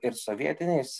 ir sovietiniais